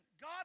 God